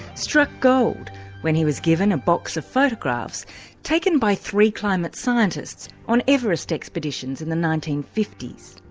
struck gold when he was given a box of photographs taken by three climate scientists on everest expeditions in the nineteen fifty s.